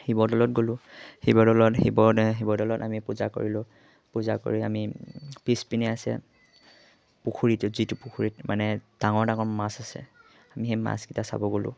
শিৱ দ'লত গ'লোঁ শিৱদৌলত শিৱ শিৱদ'লত আমি পূজা কৰিলোঁ পূজা কৰি আমি পিছপিনে আছে পুখুৰীটো যিটো পুখুৰীত মানে ডাঙৰ ডাঙৰ মাছ আছে আমি সেই মাছকেইটা চাব গ'লোঁ